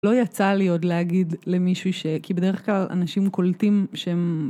לא יצא לי עוד להגיד למישהו שכי בדרך כלל אנשים קולטים שהם